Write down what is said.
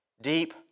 deep